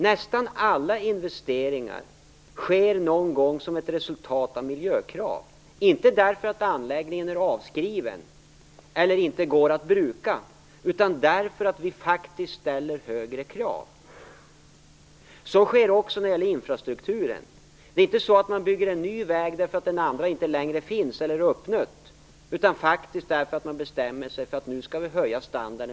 Nästan alla investeringar sker som ett resultat av miljökrav - inte för att anläggningarna är avskrivna eller inte går att bruka, utan för att vi faktiskt ställer högre krav. Så är det också när det gäller infrastrukturen. Det är inte så att man bygger en ny väg för att den andra inte längre finns eller för att den är uppnött. Man gör det för att man bestämmer sig för att höja standarden.